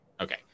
Okay